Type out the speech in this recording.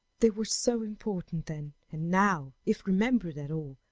they were so important then, and now, if remembered at all,